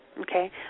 Okay